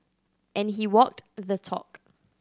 and he walked the talk